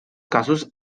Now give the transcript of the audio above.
casos